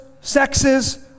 sexes